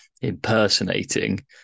impersonating